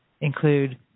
include